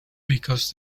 because